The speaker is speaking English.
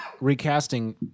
recasting